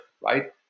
right